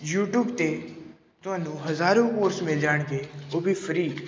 YouTube 'ਤੇ ਤੁਹਾਨੂੰ ਹਜ਼ਾਰੋਂ ਕੋਰਸ ਮਿਲ ਜਾਣਗੇ ਉਹ ਵੀ ਫਰੀ